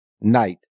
Knight